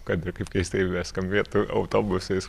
kad ir kaip keistai beskambėtų autobusais